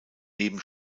neben